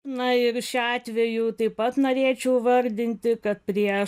na ir šiuo atveju taip pat norėčiau įvardinti kad prieš